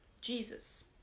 Jesus